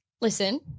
listen